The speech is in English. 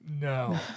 No